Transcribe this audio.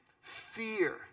fear